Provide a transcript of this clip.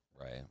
Right